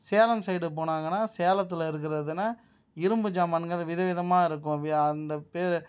Salem side போனாங்கன்னால் சேலத்தில் இருக்கிறதுனா இரும்பு ஜாமான்கள் விதவிதமாக இருக்கும் வியா அந்த பேரு